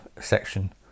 section